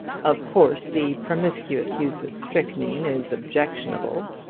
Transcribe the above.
of course the promiscuous use of strychnine is objectionable.